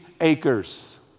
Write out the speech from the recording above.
acres